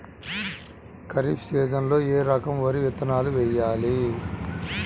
ఖరీఫ్ సీజన్లో ఏ రకం వరి విత్తనాలు వేయాలి?